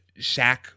Shaq